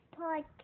podcast